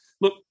look